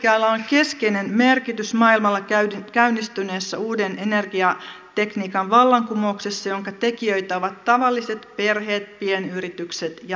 aurinkoenergialla on keskeinen merkitys maailmalla käynnistyneessä uuden energiatekniikan vallankumouksessa jonka tekijöitä ovat tavalliset perheet pienyritykset ja maanviljelijät